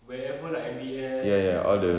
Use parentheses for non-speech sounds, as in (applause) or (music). wherever lah M_B_S (noise)